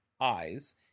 eyes